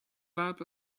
lab